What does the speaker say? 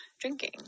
drinking